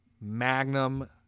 magnum